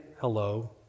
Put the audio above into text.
hello